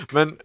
Men